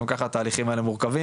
גם ככה התהליכים האלה מורכבים.